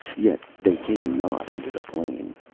yet they came not into the plain.